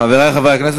חברי חברי הכנסת,